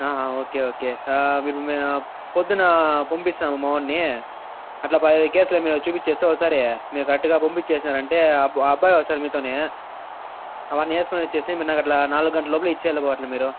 ఆ okay okay ఆ మీరు పొద్దున్న పంపిస్తాము మా వాడిని అలా ఆ కేసులు చూపించేస్తే ఒకసారి మీరు కరెక్ట్గా పంపించేసారంటే ఆ అబ్బాయి వస్తాడు మీతోనే అవన్నీ వేసుకొనివచ్చి మీరు అలా నాలుగు గంటల లోపల ఇచ్చెయ్యాలి ఆ బావ అలా మీరు